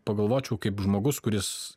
pagalvočiau kaip žmogus kuris